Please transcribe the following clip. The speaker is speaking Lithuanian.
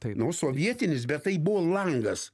tai nu sovietinis bet tai buvo langas